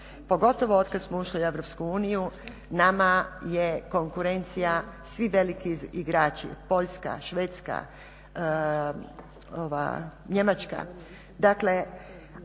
pogotovo od kada smo ušli u EU nama je konkurencija svi veliki igrači Poljska, Švedska, Njemačka